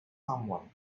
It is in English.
someone